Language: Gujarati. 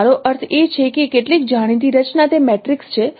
મારો અર્થ એ છે કે કેટલીક જાણીતી રચના તે મેટ્રિક્સ છે